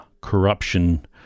corruption